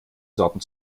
sorten